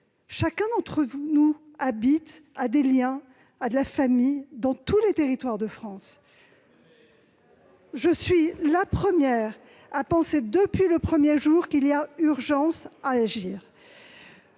Chacun d'entre nous a des liens ou de la famille dans tous les territoires de France. Très bien ! Je pense depuis le premier jour qu'il y a urgence à agir.